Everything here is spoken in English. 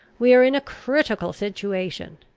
we are in a critical situation.